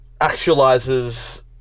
actualizes